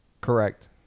Correct